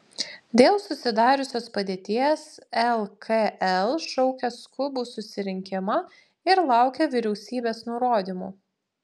dėl susidariusios padėties lkl šaukia skubų susirinkimą ir laukia vyriausybės nurodymų